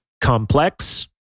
complex